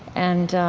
and